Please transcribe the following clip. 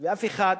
ואף אחד,